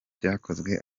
byakozwe